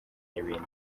n’ibindi